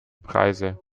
preise